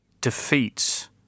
defeats